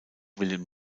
william